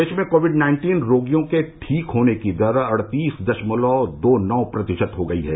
देश में covid nineteen रोगियों के ठीक होने की दर अड़तीस दशमलव दो नौ प्रतिशत हो गई है